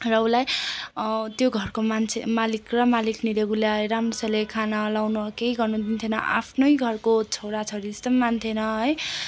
र उसलाई त्यो घरको मान्छे मालिक र मालिकनीले उसलाई राम्रोसँगले खाना लगाउन केही गर्नु दिन्थेन आफ्नै घरको छोराछोरी जस्तो पनि मान्थेन है